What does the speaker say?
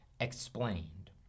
explained